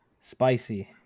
Spicy